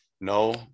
No